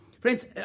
Friends